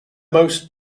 most